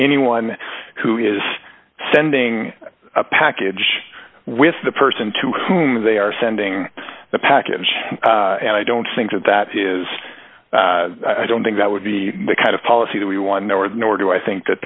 anyone who is sending a package with the person to whom they are sending the package and i don't think that that is i don't think that would be the kind of policy that we want nor nor do i think that